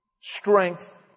strength